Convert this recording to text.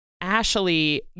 Ashley